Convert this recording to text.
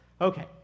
Okay